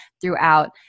throughout